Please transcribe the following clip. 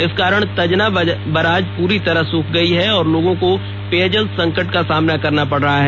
इस कारण तजना बराज पूरी तरह सूख गई है और लोगों को पेयजल संकट का सामना करना पड़ रहा है